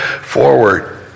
forward